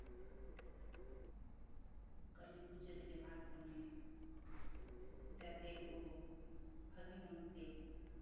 ᱠᱟᱹᱞᱤ ᱯᱩᱡᱟᱹ ᱨᱮᱞᱮ ᱟᱞᱯᱚᱱᱟᱭᱟ ᱡᱟᱛᱮ ᱜᱚᱜᱚ ᱵᱷᱟᱜᱮ ᱢᱚᱱᱮᱛᱮᱭ